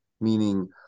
meaning